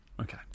Okay